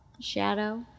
Shadow